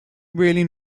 really